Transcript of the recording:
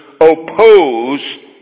oppose